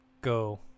go